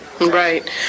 Right